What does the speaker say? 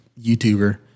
YouTuber